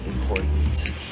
important